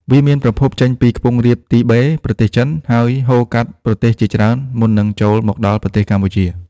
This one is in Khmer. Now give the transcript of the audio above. វាមានប្រភពចេញពីខ្ពង់រាបទីបេ ប្រទេសចិន ហើយហូរកាត់ប្រទេសជាច្រើនមុននឹងចូលមកដល់ប្រទេសកម្ពុជា។